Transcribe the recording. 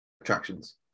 attractions